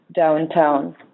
downtown